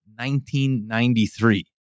1993